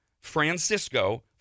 Francisco